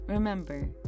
Remember